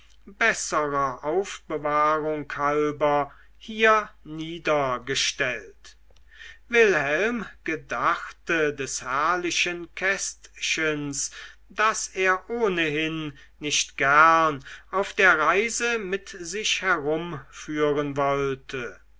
besserer aufbewahrung halber hier niedergestellt wilhelm gedachte des herrlichen kästchens das er ohnehin nicht gern auf der reise mit sich herumführen wollte